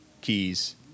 keys